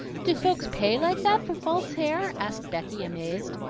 do folks pay like that for false hair? asked becky, amazed.